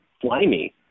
slimy